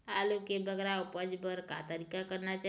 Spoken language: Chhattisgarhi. आलू के बगरा उपज बर का तरीका करना चाही?